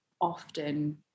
often